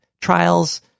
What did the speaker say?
trials